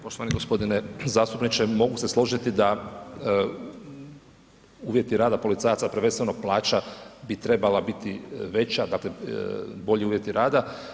Poštovani g. zastupniče, mogu se složiti da uvjeti rada policajaca, prvenstveno plaća bi trebala biti veća, dakle, bolji uvjeti rada.